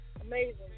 Amazing